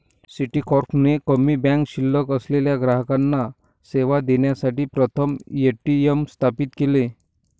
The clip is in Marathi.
सिटीकॉर्प ने कमी बँक शिल्लक असलेल्या ग्राहकांना सेवा देण्यासाठी प्रथम ए.टी.एम स्थापित केले